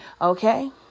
Okay